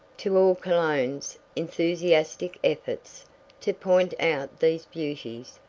to all cologne's enthusiastic efforts to point out these beauties,